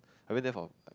I went there for